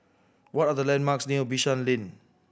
what are the landmarks near Bishan Lane